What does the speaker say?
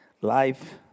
life